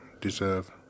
deserve